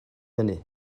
hynny